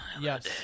Yes